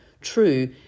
true